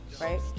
right